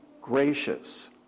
gracious